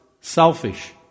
selfish